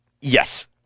Yes